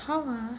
how ah